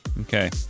Okay